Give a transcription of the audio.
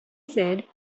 said